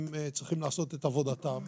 הם צריכים לעשות את עבודתם.